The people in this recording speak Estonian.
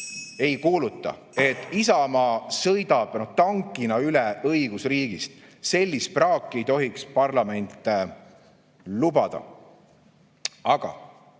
ei kuuluta. Et Isamaa sõidab tankina üle õigusriigist, sellist praaki ei tohiks parlament lubada. Aga